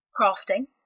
crafting